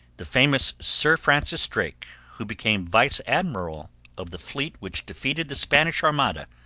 the famous sir francis drake, who became vice-admiral of the fleet which defeated the spanish armada,